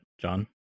John